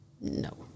No